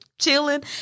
chilling